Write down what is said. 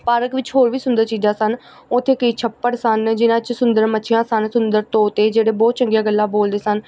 park ਵਿੱਚ ਹੋਰ ਵੀ ਸੁੰਦਰ ਚੀਜ਼ਾਂ ਸਨ ਉੱਥੇ ਕਈ ਛੱਪੜ ਸਨ ਜਿਹਨਾਂ 'ਚ ਸੁੰਦਰ ਮੱਛੀਆਂ ਸਨ ਸੁੰਦਰ ਤੋਤੇ ਜਿਹੜੇ ਬਹੁਤ ਚੰਗੀਆਂ ਗੱਲਾਂ ਬੋਲਦੇ ਸਨ